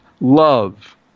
love